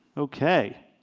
ok.